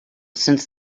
since